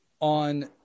on